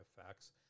effects